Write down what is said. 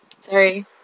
Sorry